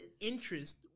interest